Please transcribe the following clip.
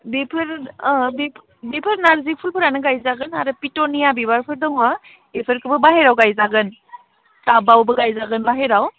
बेफोर बेफोर नारजि फुलफोरानो गायजागोन आरो पिटनिया बिबारफोर दङ एफोरखौबो बाहेरायाव गायजागोन टाबावबो गायजागोन बाहेरायाव